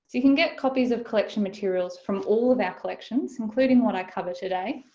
so you can get copies of collection materials from all of our collections, including what i cover today,